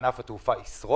שענף התעופה ישרוד,